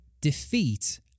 defeat